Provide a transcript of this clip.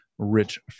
rich